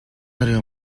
нарын